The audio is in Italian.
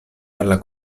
alla